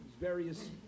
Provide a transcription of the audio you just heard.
various